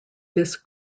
this